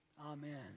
Amen